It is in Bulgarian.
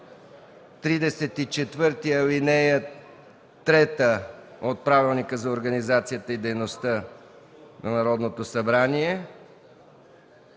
34, ал. 3 от Правилника за организацията и дейността на Народното събрание